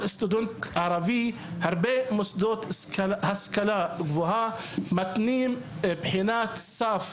הרבה מוסדות להשכלה גבוהה מתנים קבלה בבחינת סף